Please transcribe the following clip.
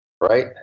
Right